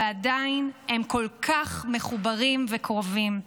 ועדיין הם כל כך מחוברים וקרובים.